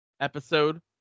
Episode